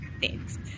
Thanks